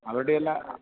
അവരുടെയെല്ലാം